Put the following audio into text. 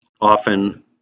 Often